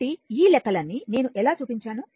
కాబట్టి ఈ లెక్కలన్నీ నేను ఎలా చూపించాను